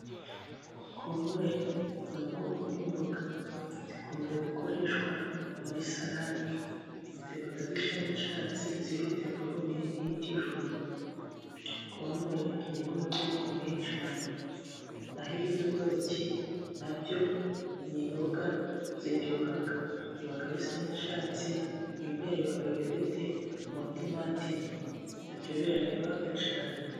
Kokombure ni ubwoko bw'imboga zikunze gukoreshwa muri salade, ziba zisa n'icyatsi zifite forume nk'iy'ikijumba .Kokombure ni n'umuti ukomeye cyane ,naho ibidodoki na byo ni imboga ziryoha ,biba bisa n'icyatsi ,mo imbere iba ifite umutimatima ,na byo biraryoha cyane.